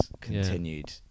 continued